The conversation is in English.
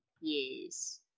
Yes